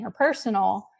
interpersonal